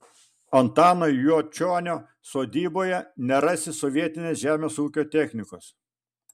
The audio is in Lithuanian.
antano juočionio sodyboje nerasi sovietinės žemės ūkio technikos